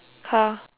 beside the